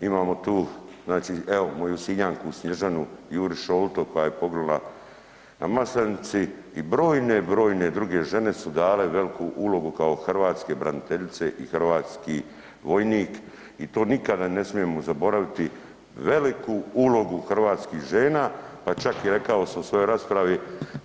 Imamo tu, znači evo moju Sinjanku Snježanu Jurić Šolto koja je poginula na Maslenici i brojne, brojne druge žene su dale veliku ulogu kao hrvatske braniteljice i hrvatski vojnik i to nikada ne smijemo zaboraviti veliku ulogu hrvatskih žena, pa čak i rekao sam u svojoj raspravi,